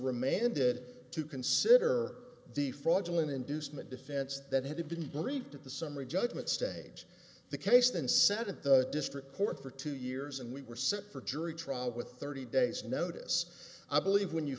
remanded to consider the fraudulent inducement defense that had been briefed to the summary judgment stage the case then seven district court for two years and we were set for jury trial with thirty days notice i believe when you